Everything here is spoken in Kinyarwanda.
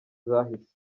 zahise